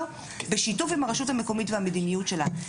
בשיתוף עם הרשות המקומית והמדיניות שלנו.